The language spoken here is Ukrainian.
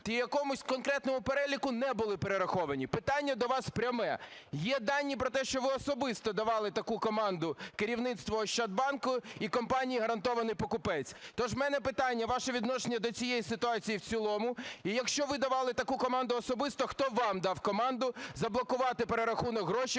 якомусь конкретному переліку не було перераховані. Питання до вас пряме. Є дані про те, що ви особисто давали таку команду керівництву Ощадбанку і компанії "Гарантований покупець". Тож у мене питання: ваше відношення до цієї ситуації в цілому, і якщо ви давали таку команду особисто, хто вам дав команду заблокувати перерахунок грошей